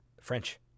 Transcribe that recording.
French